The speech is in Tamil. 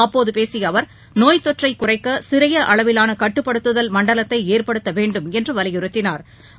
அப்போது பேசிய அவர் நோய் தொற்றை குறைக்க சிறிய அளவிலான கட்டுப்படுத்துதல் மண்டலத்தை ஏற்படுத்த வேண்டும் என்று வலியுறுத்தினாா்